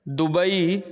Dubai